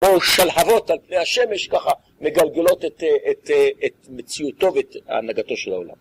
או שלהבות על פני השמש ככה מגלגלות את מציאותו ואת הנהגתו של העולם.